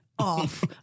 Off